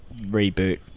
reboot